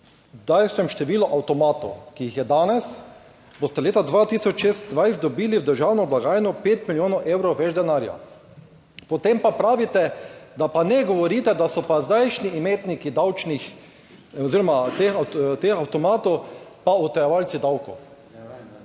daljšem številu avtomatov, ki jih je danes boste leta 2026 dobili v državno blagajno pet milijonov evrov več denarja, potem pa pravite, da pa ne govorite, da so pa zdajšnji imetniki davčnih oziroma teh, teh avtomatov pa utajevalci davkov.